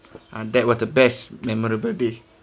and that was the best memorable day